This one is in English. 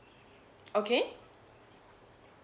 okay